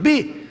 Bi.